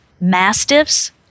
Mastiffs